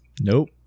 nope